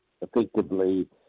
effectively